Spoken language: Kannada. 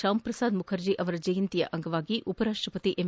ಶ್ಯಾಮ್ ಪ್ರಸಾದ್ ಮುಖರ್ಜಿ ಅವರ ಜಯಂತಿ ಅಂಗವಾಗಿ ಉಪರಾಷ್ಟಪತಿ ಎಂ